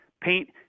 paint